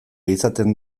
izaten